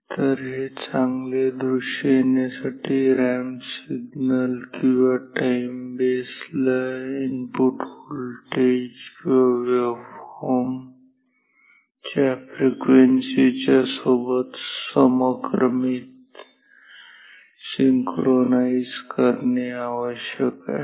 तर चांगले दृश्य येण्यासाठी रॅम्प सिग्नल किंवा टाइम बेस ला इनपुट व्होल्टेज किंवा वेव्हफॉर्म च्या फ्रिक्वेन्सी सोबत समक्रमित करणे आवश्यक आहे